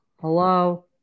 Hello